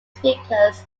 speakers